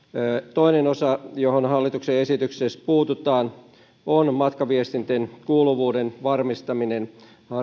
toinen osa johon hallituksen esityksessä puututaan on matkaviestinten kuuluvuuden varmistaminen